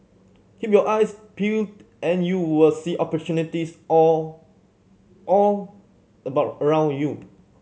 keep your eyes peeled and you will see opportunities all all about around you